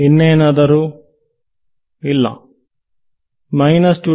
ಇನ್ನೇನಾದರೂ